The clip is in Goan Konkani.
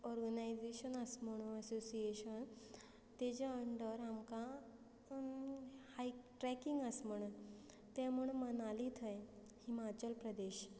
ऑर्ग ऑर्गनायजेशन आस म्हण असोसियेशन तेजे अंडर आमकां हाय ट्रॅकींग आस म्हण तें म्हण मनाली थंय हिमाचल प्रदेश